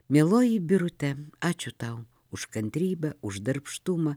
mieloji birute ačiū tau už kantrybę už darbštumą